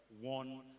one